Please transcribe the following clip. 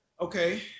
Okay